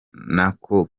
n’ako